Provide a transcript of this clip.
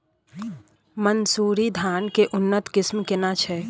मानसुरी धान के उन्नत किस्म केना छै?